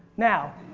now.